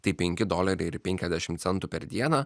tai penki doleriai ir penkiasdešimt centų per dieną